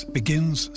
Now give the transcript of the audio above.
begins